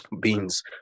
Beans